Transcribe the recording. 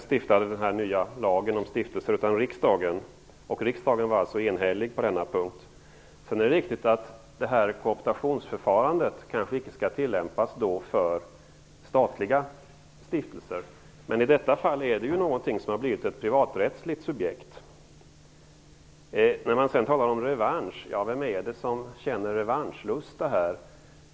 Fru talman! Det är inte regeringen som stiftat den nya lagen om stiftelser, utan det har riksdagen gjort. Det är riktigt att kooptationsförfarandet kanske inte skall tillämpas beträffande statliga stiftelser. Men i detta fall är det fråga om något som blivit ett privaträttsligt subjekt. Det talas om revansch. Men vem känner revanschlust här?